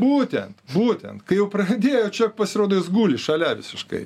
būtent būtent kai jau pradėjo čia pasirodo jis guli šalia visiškai